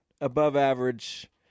above-average